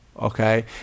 okay